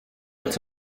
its